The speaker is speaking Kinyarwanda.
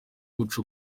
guca